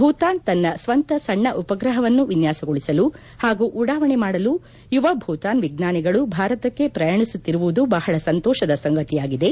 ಭೂತಾನ್ ತನ್ನ ಸ್ವಂತ ಸಣ್ಣ ಉಪಗ್ರಹವನ್ನು ವಿನ್ಯಾಸಗೊಳಿಸಲು ಹಾಗೂ ಉಡಾವಣೆ ಮಾಡಲು ಯುವ ಭೂತಾನ್ ವಿಜ್ಞಾನಿಗಳು ಭಾರತಕ್ಕೆ ಪ್ರಯಾಣಿಸುತ್ತಿರುವುದು ಬಹಳ ಸಂತೋಷದ ಸಂಗತಿಯಾಗಿದೆ